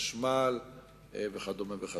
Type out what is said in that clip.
חשמל וכדומה.